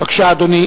בבקשה, אדוני.